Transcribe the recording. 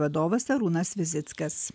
vadovas arūnas vizickas